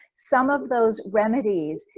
some of those remedies,